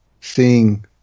seeing